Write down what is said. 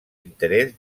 interès